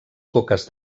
coques